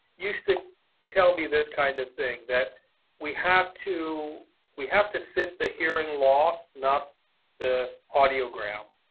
used to tell me this kind of thing. that we have to we have to fit the hearing loss, not the audiogram.